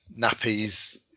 nappies